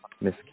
Miss